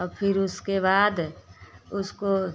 और अब फिर उसके बाद उसको